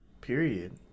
period